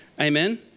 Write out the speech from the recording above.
Amen